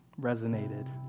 resonated